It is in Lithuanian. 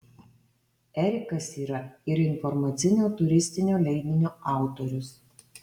erikas yra ir informacinio turistinio leidinio autorius